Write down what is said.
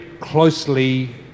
closely